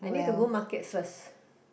I need to go market first